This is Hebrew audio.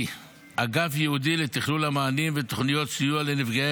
אגף ייעודי לתכלול המענים ותוכניות הסיוע לנפגעי